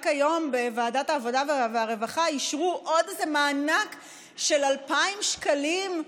רק היום בוועדת העבודה והרווחה אישרו עוד איזה מענק של 2,000 שקלים,